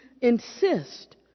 insist